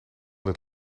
dit